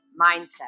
mindset